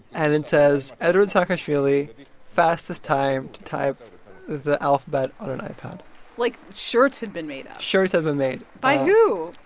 and it says eduard saakashvili fastest time to type the alphabet on an ipad like, shirts had been made up shirts had been made by who?